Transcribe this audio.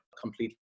completely